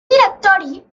directori